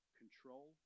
control